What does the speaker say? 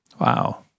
Wow